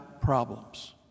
problems